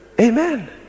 amen